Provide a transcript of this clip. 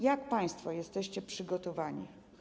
Jak państwo jesteście przygotowani?